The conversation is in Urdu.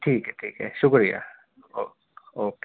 ٹھیک ہے ٹھیک ہے شکریہ او اوکے